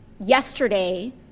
yesterday